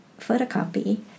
photocopy